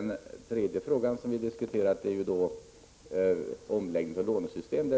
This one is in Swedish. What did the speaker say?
176 I diskussionen om omläggning av lånesystem